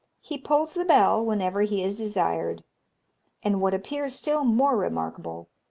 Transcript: he pulls the bell whenever he is desired and what appears still more remarkable,